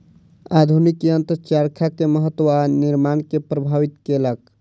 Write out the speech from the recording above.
आधुनिक यंत्र चरखा के महत्त्व आ निर्माण के प्रभावित केलक